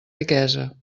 riquesa